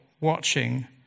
watching